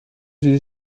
sie